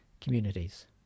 communities